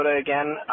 again